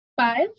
Five